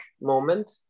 moment